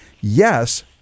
Yes